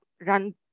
run